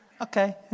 Okay